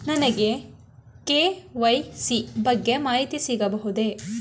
ನನಗೆ ಕೆ.ವೈ.ಸಿ ಬಗ್ಗೆ ಮಾಹಿತಿ ಸಿಗಬಹುದೇ?